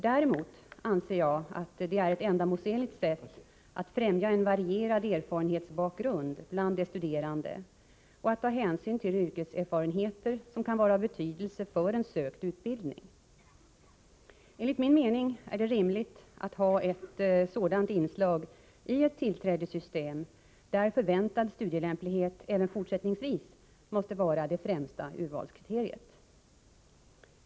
Däremot anser jag att det är ett ändamålsenligt sätt att främja en varierad erfarenhetsbakgrund bland de studerande och att ta hänsyn till yrkeserfarenheter som kan vara av betydelse för en sökt utbildning. Enligt min mening är det rimligt att ha ett sådant inslag i ett tillträdessystem där förväntad studielämplighet även fortsättningsvis måste vara det främsta urvalskriteriet.